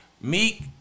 Meek